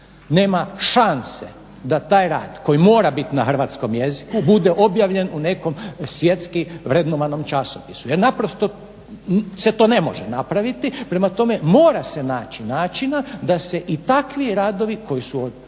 nema šanse da taj rad koji mora biti na hrvatskom jeziku bude objavljen u nekom svjetski vrednovanom časopisu jer naprosto to se ne može napraviti. Prema tome mora se naći načina da se i takvi radovi koji su od važnosti